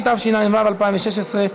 התשע"ו 2016,